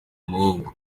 umuhungu